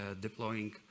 deploying